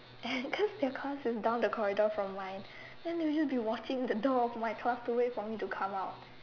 and cause their class is down the corridor from mine then usually they will be watching the door of my class to wait for me to come out